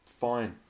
fine